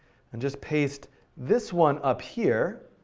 and just paste this one up here.